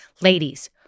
ladies